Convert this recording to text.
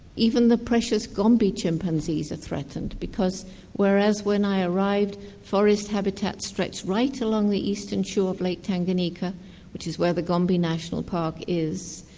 even the precious gombe chimpanzees are threatened because whereas when i arrived forest habitat stretched right along the eastern shore of lake tanganyika which is where the gombe national park is,